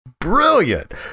brilliant